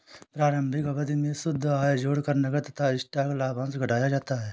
प्रारंभिक अवधि में शुद्ध आय जोड़कर नकद तथा स्टॉक लाभांश घटाया जाता है